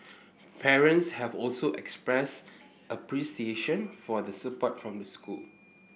parents have also expressed appreciation for the support from the school